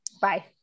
Bye